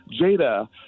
Jada